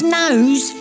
nose